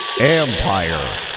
Empire